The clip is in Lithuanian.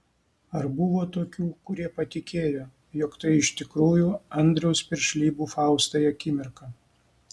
ar buvo tokių kurie patikėjo jog tai iš tikrųjų andriaus piršlybų faustai akimirka